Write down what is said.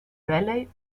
rallye